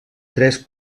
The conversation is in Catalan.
tres